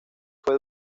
fue